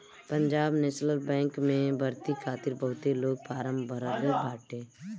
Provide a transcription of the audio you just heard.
Punjab National Bank में भर्ती खातिर बहुते लोग फारम भरले बाटे